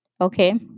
Okay